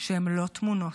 שהם לא תמונות,